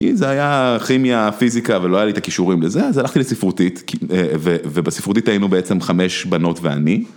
זה היה כימיה, פיזיקה, ולא היה לי את הכישורים לזה, אז הלכתי לספרותית, כי, ו.. ובספרותית היינו בעצם חמש בנות ואני.